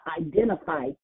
identify